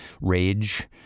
rage